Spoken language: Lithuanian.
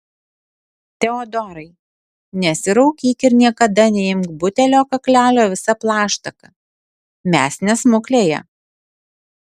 teodorai nesiraukyk ir niekada neimk butelio kaklelio visa plaštaka mes ne smuklėje